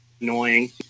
annoying